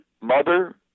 mother